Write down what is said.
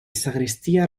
sagristia